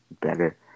better